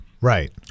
Right